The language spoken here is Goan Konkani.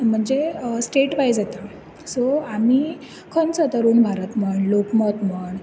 म्हणजे स्टेट वाइज येता सो आमी खंयचो तरुण भारत म्हण लोकमत म्हण